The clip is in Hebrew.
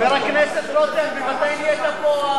הייתי בדיון, ודאי שהייתי.